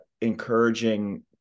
encouraging